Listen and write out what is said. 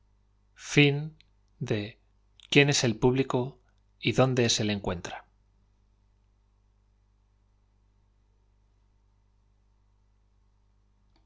quién es el público y dónde se le e